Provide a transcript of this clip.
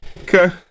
okay